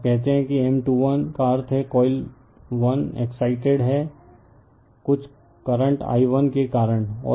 जब कहते हैं किM 2 1 का अर्थ है कॉइल 1 एक्ससाईंटेड है कुछ करंट i1के कारण और वह बात है